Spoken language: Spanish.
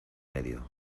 medio